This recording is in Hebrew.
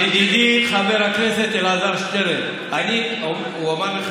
ידידי חבר הכנסת אלעזר שטרן, הוא אמר לך.